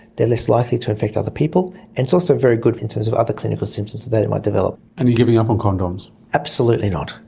they are less likely to infect other people, and it's also very good in terms of other clinical symptoms that they might develop. and you're giving up on condoms? absolutely not.